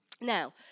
Now